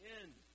end